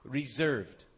reserved